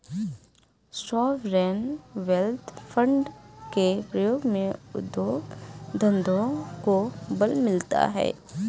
sovereign wealth fund के प्रयोग से उद्योग धंधों को बल मिलता है